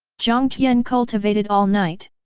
jiang tian cultivated all night.